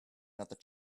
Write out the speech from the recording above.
another